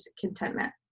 contentment